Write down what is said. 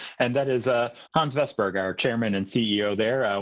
and that is ah hans vestberg, our chairman and ceo there.